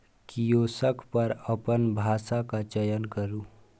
kiosk पर अपन भाषाक चयन करू